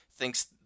thinks